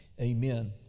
Amen